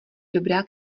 dobrá